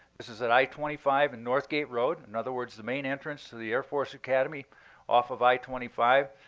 this is at i twenty five and northgate road in other words, the main entrance to the air force academy off of i twenty five.